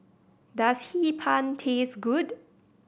does Hee Pan taste good